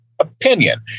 opinion